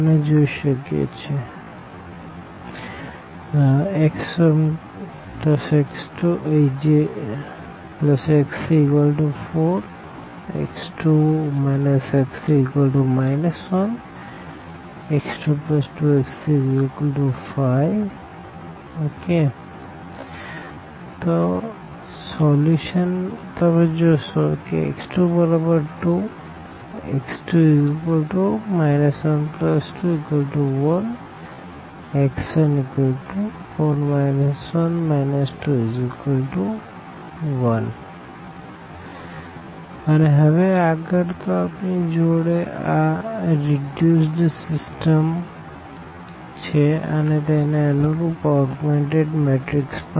R2R2 2R1 R3R3 R1 x1x2x34 x2 x3 1 x22x35 b4 1 5 R3R3 R2 x1x2x34 x2 x3 1 3x36 b4 1 6 Solution x32 x2 121 x14 1 21 અને હવે આગળ તો આપણી જોડે આ રીડ્યુસ્દ સીસ્ટમ છે અને તેને અનુરૂપ ઓગ્મેનટેડ મેટ્રીક્સ પણ